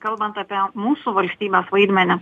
kalbant apie mūsų valstybės vaidmenį